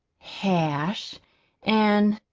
hash and